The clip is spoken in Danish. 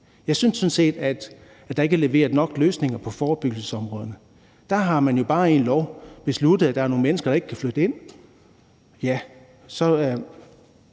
set, at der ikke er leveret nok løsninger i forhold til forebyggelsesområderne. Der har man jo bare i en lov besluttet, at der er nogle mennesker, der ikke kan flytte ind. Ja, og